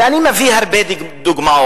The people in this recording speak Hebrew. ואני מביא הרבה דוגמאות,